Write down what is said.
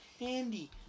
Andy